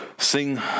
Sing